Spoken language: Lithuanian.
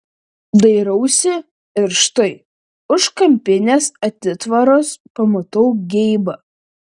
dairausi ir štai už kampinės atitvaros pamatau geibą